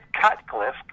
Cutcliffe